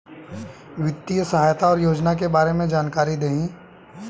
वित्तीय सहायता और योजना के बारे में जानकारी देही?